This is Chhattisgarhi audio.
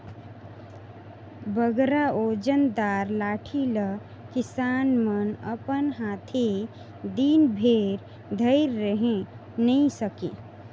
बगरा ओजन दार लाठी ल किसान मन अपन हाथे दिन भेर धइर रहें नी सके